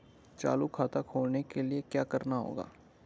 चालू खाता खोलने के लिए क्या करना होगा?